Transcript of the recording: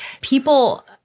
People